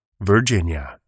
Virginia